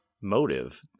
motive